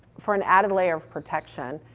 for an added layer of protection,